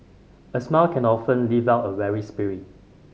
a smile can often lift out a weary spirit